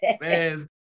Man